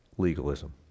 legalism